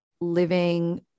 living